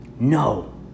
No